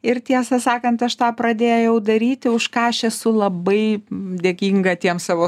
ir tiesą sakant aš tą pradėjau daryti už ką aš esu labai dėkinga tiem savo